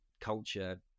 culture